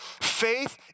Faith